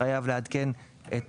חייב לעדכן את